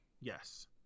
yes